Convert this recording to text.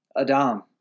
Adam